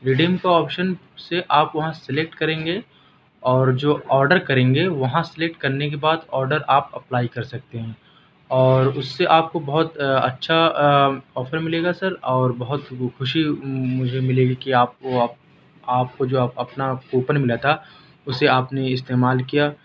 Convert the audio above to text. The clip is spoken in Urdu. ریڈیم کا آپشن سے آپ وہاں سیلیکٹ کریں گے اور جو آرڈر کریں گے وہاں سیلیکٹ کرنے کے بعد آرڈر آپ اپلائی کر سکتے ہیں اور اس سے آپ کو بہت اچھا آفر ملے گا سر اور بہت ہی خوشی مجھے ملے گی کہ آپ کو آپ کو جو اپنا کوپن ملا تھا اسے آپ نے استعمال کیا